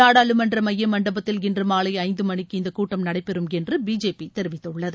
நாடாளுமன்ற மைய மண்டபத்தில் இன்று மாலை ஐந்து மணிக்கு இந்தக் கூட்டம் நடைபெறும் என்று பிஜேபி தெரிவித்துள்ளது